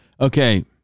Okay